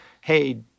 hey –